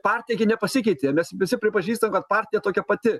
partija gi nepasikeitė mes visi pripažįstam kad partija tokia pati